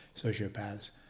sociopaths